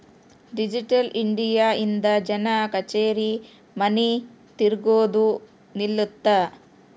digital India ಇಂದ ಜನ ಕಛೇರಿ ಮನಿ ತಿರ್ಗದು ನಿಲ್ಲುತ್ತ